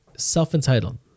self-entitled